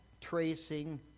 tracing